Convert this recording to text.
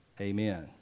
Amen